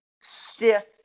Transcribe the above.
stiff